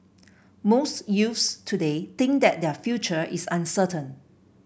most youths today think that their future is uncertain